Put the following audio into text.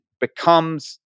becomes